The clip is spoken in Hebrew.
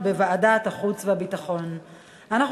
לוועדת החוץ והביטחון נתקבלה.